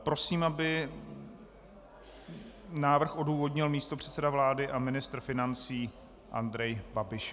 Prosím, aby návrh odůvodnil místopředseda vlády a ministr financí Andrej Babiš.